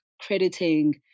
crediting